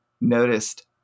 noticed